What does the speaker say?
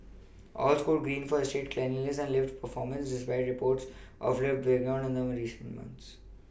all scored green for estate cleanliness and lift performance despite reports of lift breakdowns in recent months